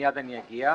מיד אני אגיע.